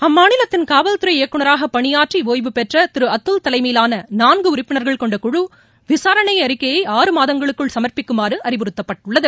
அம்மாநிலத்தின் காவல்துறை இயக்குநராக பணியாற்றி ஒய்வுபெற்ற திரு அதுல் தலைமையிலான நானகு உறுப்பினர்கள் கொண்ட குழு விசாரணை அறிக்கையை ஆறு மாதங்களுக்குள் சமா்ப்பிக்குமாறு அறிவுறுத்தப்பட்டுள்ளது